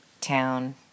town